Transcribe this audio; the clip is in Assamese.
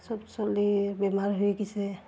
সব চলি বেমাৰ হৈ গৈছে